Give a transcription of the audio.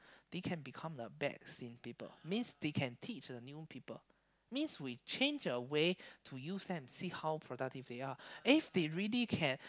they can become the back scene people means they can teach the new people means we change a way to use them see how productive they are if they really can